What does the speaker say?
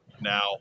now